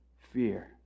fear